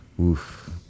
Oof